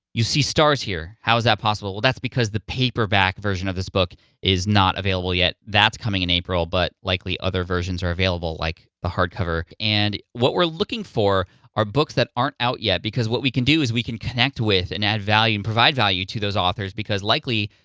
you see stars here, how is that possible? well that's because the paperback version of this book is not available yet, that's coming in april, but likely other versions are available like the hardcover. and what we're looking for are books that aren't out yet, because what we can do is we can connect with and add value and provide value to those authors, because likely,